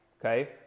okay